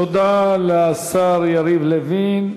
תודה לשר יריב לוין.